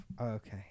Okay